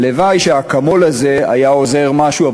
הלוואי שהאקמול הזה היה עוזר במשהו,